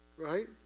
Right